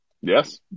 Yes